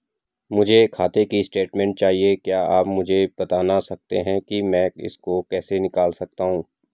मुझे खाते की स्टेटमेंट चाहिए क्या आप मुझे बताना सकते हैं कि मैं इसको कैसे निकाल सकता हूँ?